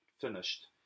finished